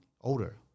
older